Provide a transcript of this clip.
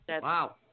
Wow